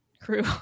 crew